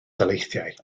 daleithiau